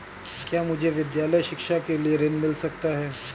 क्या मुझे विद्यालय शिक्षा के लिए ऋण मिल सकता है?